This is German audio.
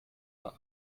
war